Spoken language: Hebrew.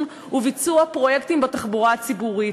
וביצוע של פרויקטים בתחבורה הציבורית.